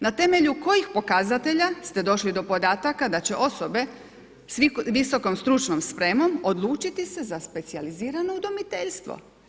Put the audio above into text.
Na temelju kojih pokazatelja ste došli do podataka da će osobe s visokom stručnom spremom odlučiti se za specijalizirano udomiteljstvo?